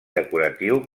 decoratiu